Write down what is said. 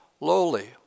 lowly